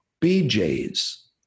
BJ's